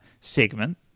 segment